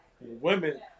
women